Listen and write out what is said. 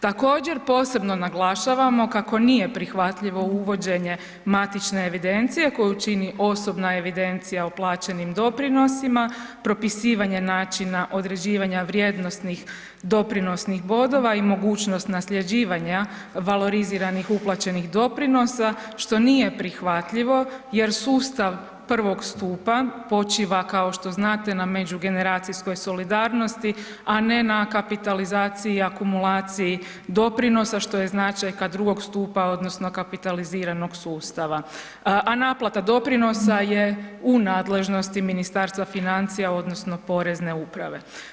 Također posebno naglašavamo kako nije prihvatljivo uvođenje matične evidencije koju čini osobna evidencija o plaćenim doprinosima, propisivanje načina određivanja vrijednosnih doprinosnih bodova i mogućnost nasljeđivanja valoriziranih uplaćenih doprinosa što nije prihvatljivo jer sustav prvog stupa počiva kao što znate na međugeneracijskoj solidarnosti, a ne na kapitalizaciji i akumulaciji doprinosa što je značajka drugog stupa odnosno kapitaliziranog sustava, a naplata doprinosa je u nadležnosti Ministarstva financija odnosno Porezne uprave.